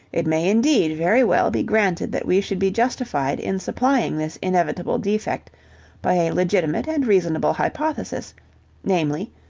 it may indeed very well be granted that we should be justified in supplying this inevitable defect by a legitimate and reasonable hypothesis namely,